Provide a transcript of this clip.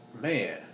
man